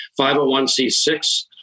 501c6